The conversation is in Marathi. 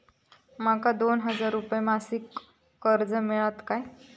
माका दोन हजार रुपये मासिक कर्ज मिळात काय?